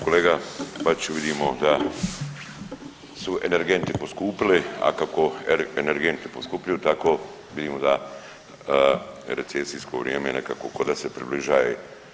Kolega Bačiću vidimo da su energenti poskupili, a kako energenti poskupljuju tako vidimo da recesijsko vrijeme nekako ko da se približaje.